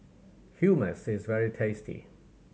hummus is very tasty